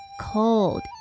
Cold